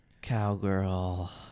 cowgirl